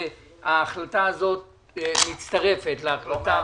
וההחלטה הזאת מצטרפת להחלטה